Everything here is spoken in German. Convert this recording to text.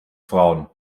frauen